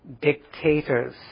dictators